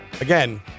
again